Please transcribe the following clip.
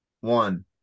One